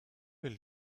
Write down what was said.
elle